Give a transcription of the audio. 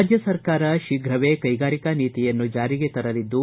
ರಾಜ್ಣ ಸರ್ಕಾರ ಶೀಘವೇ ಕೈಗಾರಿಕಾ ನೀತಿಯನ್ನು ಜಾರಿಗೆ ತರಲಿದ್ದು